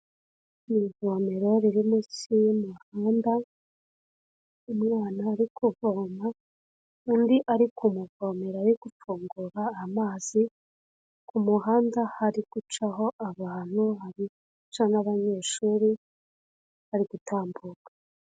Ni ivomero riri munsi y'umuhanda, umwana ari kovoma, undi ari kumuvomera, ari gufungura amazi, ku muhanda hari gucaho abantu, hari guca n'abanyeshuri bari gutambuka.